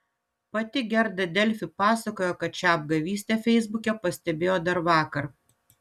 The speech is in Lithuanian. pati gerda delfi pasakojo kad šią apgavystę feisbuke pastebėjo dar vakar